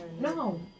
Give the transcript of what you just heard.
No